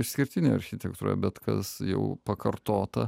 išskirtinė architektūra bet kas jau pakartota